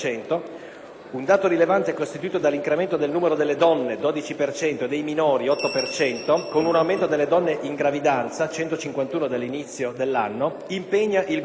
un dato rilevante è costituito dall'incremento del numero delle donne (12 per cento) e dei minori (8 per cento), con un aumento delle donne in gravidanza (151 dall'inizio dell'anno), impegna il Governo